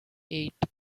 eight